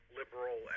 liberal